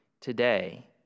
today